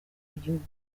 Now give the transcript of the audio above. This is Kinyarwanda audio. igihugu